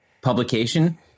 publication